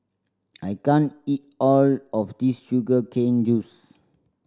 I can't eat all of this sugar cane juice